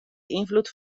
invloed